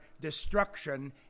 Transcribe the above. destruction